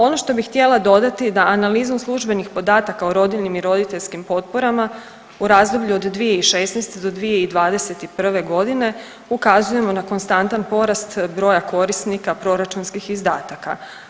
Ono što bih htjela dodati da analizom službenih podataka o rodiljnim i roditeljskim potporama u razdoblju od 2016. do 2021. godine ukazujemo na konstantan porast broja korisnika proračunskih izdataka.